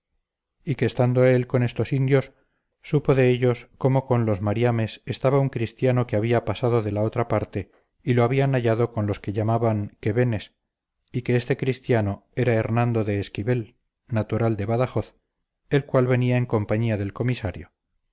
y que estando él con estos indios supo de ellos cómo con los mariames estaba un cristiano que había pasado de la otra parte y lo había hallado con los que llamaban quevenes y que este cristiano era hernando de esquivel natural de badajoz el cual venía en compañía del comisario